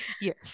Yes